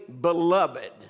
beloved